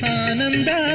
ananda